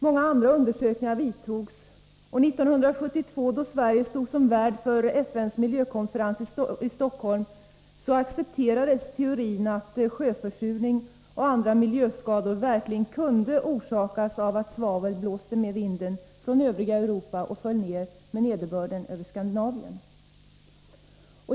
Många andra undersökningar företogs, och 1972, då Sverige stod som värd för FN:s miljökonferens i Stockholm, accepterades teorin att sjöförsurning och andra miljöskador verkligen kunde orsakas av att svavel blåste med vinden från övriga Europa och föll ned med nederbörden över Skandinavien.